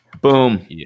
Boom